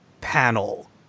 panel